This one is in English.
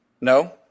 No